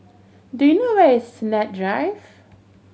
do you know where is Sennett Drive